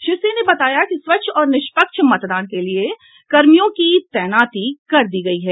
श्री सिंह ने बताया कि स्वच्छ और निष्पक्ष मतदान के लिए कार्मियों की तैनाती कर दी गयी है